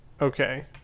Okay